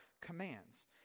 commands